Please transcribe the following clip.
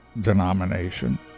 denomination